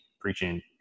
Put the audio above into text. preaching